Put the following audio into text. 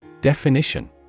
Definition